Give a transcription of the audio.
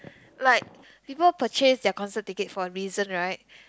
like people purchase their concert ticket for a reason right